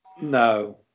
No